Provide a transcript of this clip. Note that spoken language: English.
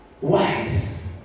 wise